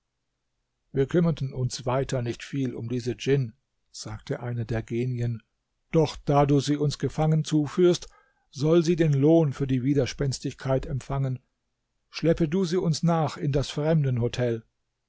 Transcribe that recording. wir kümmerten uns weiter nicht viel um diese djinn sagte einer der genien doch da du sie uns gefangen zuführst soll sie den lohn für die widerspenstigkeit empfangen schleppe du sie uns nach in das